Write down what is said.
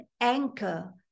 anchor